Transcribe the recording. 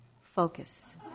focus